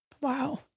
Wow